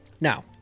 Now